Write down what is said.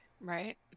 Right